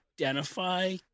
identify